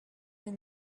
men